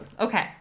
okay